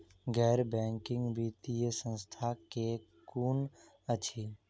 गैर बैंकिंग वित्तीय संस्था केँ कुन अछि?